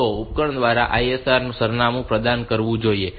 તો ઉપકરણ દ્વારા ISR સરનામું પ્રદાન કરવું જોઈએ